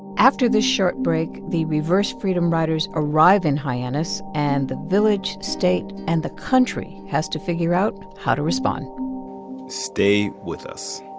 after this short break, the reverse freedom riders arrive in hyannis and the village, state and the country has to figure out how to respond stay with us